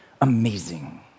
amazing